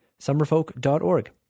summerfolk.org